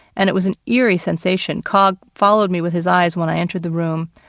and it was an eerie sensation cog followed me with his eyes when i entered the room,